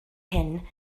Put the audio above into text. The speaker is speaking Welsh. hyn